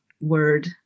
word